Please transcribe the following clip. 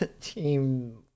Team